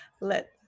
let